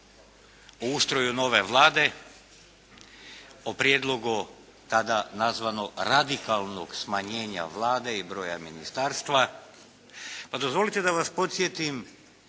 o ustroju nove Vlade, o prijedlogu tada nazvano radikalnog smanjenja Vlade i broja ministarstva pa dozvolite da vas podsjetim